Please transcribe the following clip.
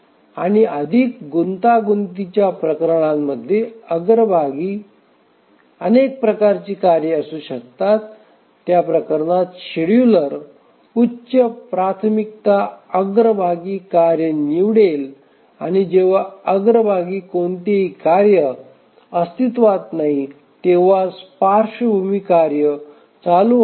आणि अधिक गुंतागुंतीच्या प्रकरणांमध्ये अग्रभागी अनेक प्रकारची कार्ये असू शकतात त्या प्रकरणात शेड्यूलर उच्च प्राथमिकता अग्रभागी कार्य निवडेल आणि जेव्हा अग्रभागी कोणतेही कार्य अस्तित्त्वात नाही तेव्हाच पार्श्वभूमी कार्य चालू होईल